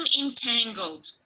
entangled